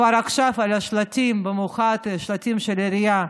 כבר עכשיו על השלטים, במיוחד שלטים של העירייה,